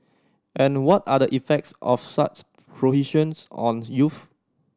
and what are the effects of such on youths